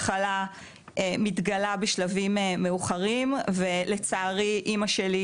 סרטן השחלה מתגלה בשלבים מאוחרים ולצערי אמא שלי,